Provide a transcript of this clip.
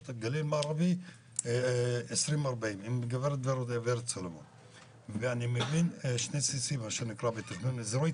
הגליל המערבי 20/40 ואני מבין בתכנון אזורי,